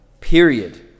period